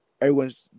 everyone's